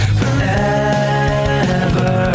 forever